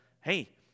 hey